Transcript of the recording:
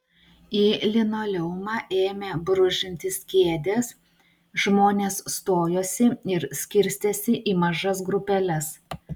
į linoleumą ėmė brūžintis kėdės žmonės stojosi ir skirstėsi į mažas grupeles